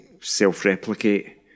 self-replicate